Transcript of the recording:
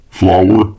flour